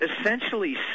essentially